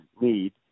need